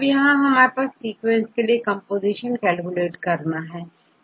अब हम यहां तभी सीक्वेंसेस के लिए कंपोजीशन कैलकुलेट कर लेंगे